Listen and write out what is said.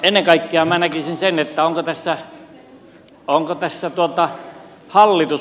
ennen kaikkea vastaako tästä nyt hallitus